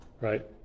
Right